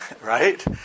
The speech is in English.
Right